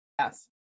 Yes